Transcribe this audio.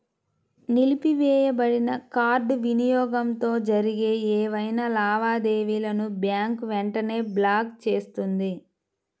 నిలిపివేయబడిన కార్డ్ వినియోగంతో జరిగే ఏవైనా లావాదేవీలను బ్యాంక్ వెంటనే బ్లాక్ చేస్తుంది